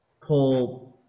pull